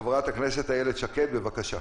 חברת הכנסת איילת שקד, בבקשה.